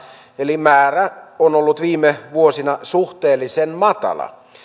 eli määrä on ollut viime vuosina suhteellisen matala